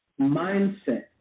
mindset